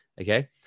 okay